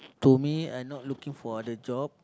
to me I not looking for other job